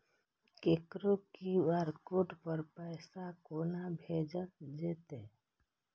ककरो QR code पर पैसा कोना भेजल जेतै?